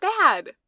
bad